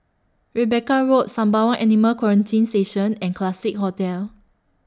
Rebecca Road Sembawang Animal Quarantine Station and Classique Hotel